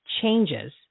Changes